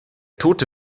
tote